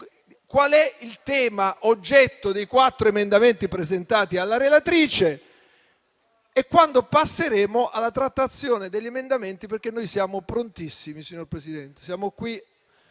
qual è il tema oggetto dei quattro emendamenti presentati dalla relatrice e quando passeremo alla trattazione degli emendamenti. Noi siamo prontissimi, signor Presidente.